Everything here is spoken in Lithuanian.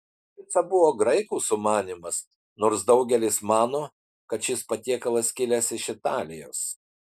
pica buvo graikų sumanymas nors daugelis mano kad šis patiekalas kilęs iš italijos